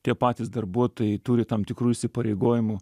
tie patys darbuotojai turi tam tikrų įsipareigojimų